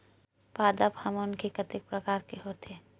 पादप हामोन के कतेक प्रकार के होथे?